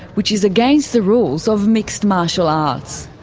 which is against the rules of mixed martial arts.